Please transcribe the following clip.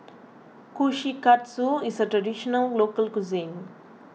Kushikatsu is a Traditional Local Cuisine